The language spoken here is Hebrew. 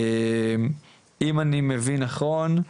אם אני מבין נכון,